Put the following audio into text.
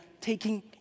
taking